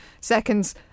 seconds